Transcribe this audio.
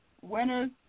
winners